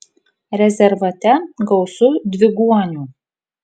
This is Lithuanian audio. rezervate gausu dviguonių